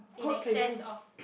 in access of